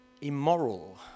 Immoral